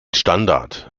standard